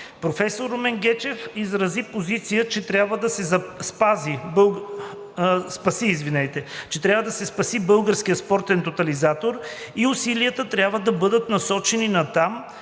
Професор Румен Гечев изрази позиция, че трябва да се спаси Българският спортен тотализатор и усилията трябва да бъдат насочени натам,